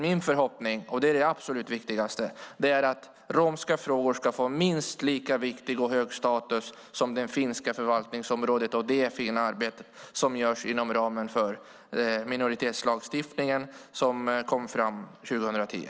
Min förhoppning är, och det är det absolut viktigaste, att romska frågor ska få en minst lika viktig och hög status som det finska förvaltningsområdet och det fina arbete som görs inom ramen för minoritetslagstiftningen som kom 2010.